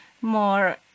more